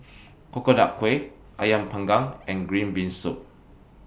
Coconut Kuih Ayam Panggang and Green Bean Soup